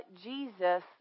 Jesus